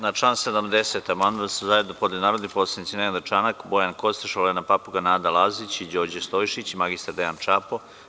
Na član 70. amandman su zajedno podneli narodni poslanici Nenad Čanak, Bojan Kostreš, Olena Papuga, Nada Lazić i Đorđe Stojšić i mr Dejan Čapo.